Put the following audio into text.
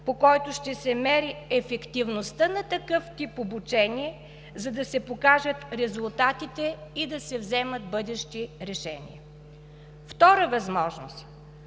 по който ще се мери ефективността на такъв тип обучение, за да се покажат резултатите и да се вземат бъдещи решения. Втора възможност.